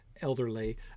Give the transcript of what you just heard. elderly